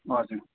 हजुर